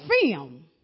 film